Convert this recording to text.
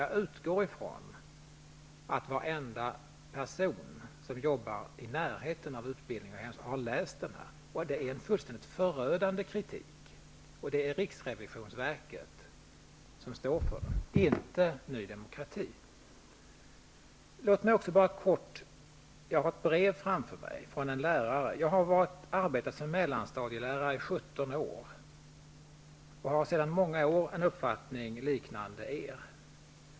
Jag utgår dock ifrån att varenda person som jobbar i närheten av utbildnings och hemspråksområdet ändå har läst denna bok, som innehåller en fullständigt förödande kritik. Det är riksrevisionsverket som står för kritiken, inte Ny demokrati. Jag har ett brev framför mig från en lärare. Han skriver: Jag har arbetat som mellanstadielärare i 17 år. Sedan många år har jag en uppfattning liknande er.